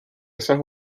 esas